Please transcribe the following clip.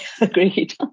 Agreed